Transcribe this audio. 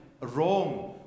wrong